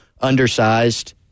undersized